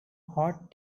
hot